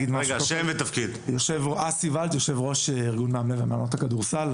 יושב ראש איגוד מאמני ומאמנות הכדורסל,